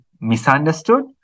misunderstood